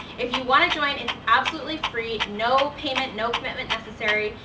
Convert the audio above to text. if you want to join, it's absolutely free, no payment, no commitment necessary,